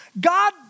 God